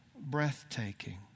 Breathtaking